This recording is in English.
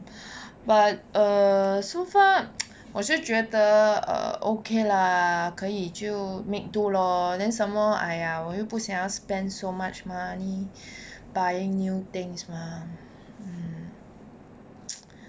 but err so far 我是觉得 err okay lah 可以就 make do lor then some more !aiya! 我又不想要 spend so much money buying new things mah mm